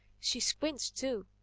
she squints too.